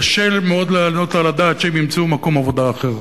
קשה לי מאוד להעלות על הדעת שהם ימצאו מקום עבודה אחר.